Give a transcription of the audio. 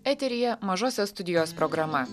eteryje mažosios studijos programa